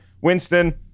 Winston